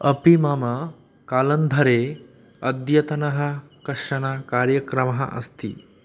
अपि मम कालन्धरे अद्यतनः कश्चन कार्यक्रमः अस्ति